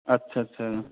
اچھا اچھا